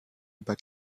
über